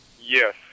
Yes